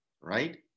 right